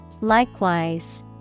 Likewise